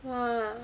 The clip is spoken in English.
!wah!